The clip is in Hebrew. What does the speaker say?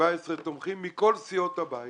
17 תומכים מכל סיעות הבית